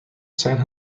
san